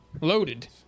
loaded